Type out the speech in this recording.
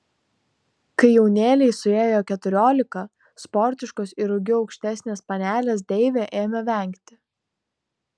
kai jaunėlei suėjo keturiolika sportiškos ir ūgiu aukštesnės panelės deivė ėmė vengti